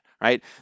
right